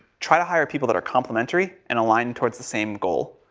try to hire people that are complementary and align towards the same goal,